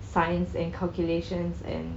science and calculations and